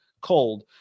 cold